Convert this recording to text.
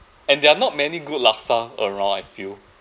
and there are not many good laksa around I feel